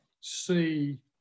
see